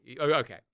okay